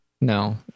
No